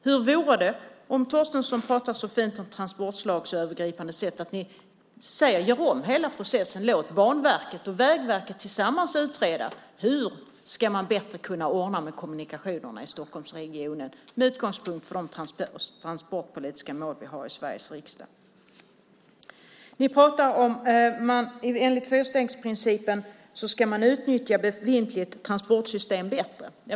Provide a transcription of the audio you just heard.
Hur vore det om Torstensson, som talar så fint om transportslagsövergripande sätt, såg till att göra om hela processen genom att låta Banverket och Vägverket tillsammans utreda hur man bättre kan ordna med kommunikationerna i Stockholmsregionen med utgångspunkt från de transportpolitiska mål vi beslutat om i Sveriges riksdag? Ni säger att man enligt fyrstegsprincipen ska utnyttja befintligt transportsystem bättre.